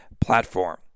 platform